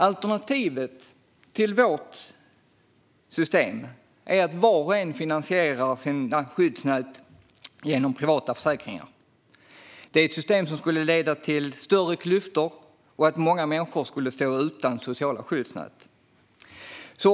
Alternativet till detta system är att var och en finansierar sina skyddsnät med hjälp av privata försäkringar. Det är ett system som skulle leda till större klyftor och att många människor skulle stå utan sociala skyddsnät.